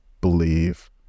believe